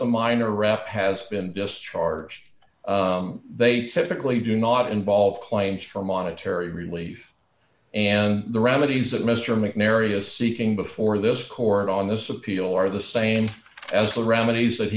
the minor rap has been discharged they typically do not involve claims for monetary relief and the remedies that mr mcnary is seeking before this court on this appeal are the same as the remedies that